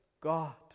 God